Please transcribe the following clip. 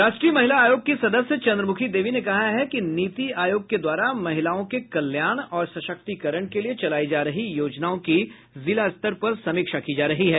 राष्ट्रीय महिला आयोग की सदस्य चंद्रमुखी देवी ने कहा है कि नीति आयोग के द्वारा महिलाओं के कल्याण और सशक्तीकरण के लिये चलायी जा रही योजनाओं की जिला स्तर पर समीक्षा की जा रही है